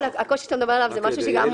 הקושי שאתה מדבר עליו זה משהו שהטריד גם